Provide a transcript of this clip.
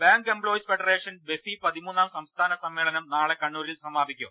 bank employees federation BEFI പതിമൂന്നാം സംസ്ഥാന സമ്മേളനം നാളെ കണ്ണൂരിൽ സമാപിക്കും